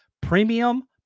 Premium